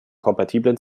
kompatiblen